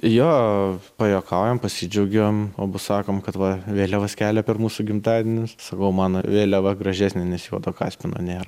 jo pajuokaujam pasidžiaugiam abu sakom kad va vėliavas kelia per mūsų gimtadienius sakau mano vėliava gražesnė nes juodo kaspino nėra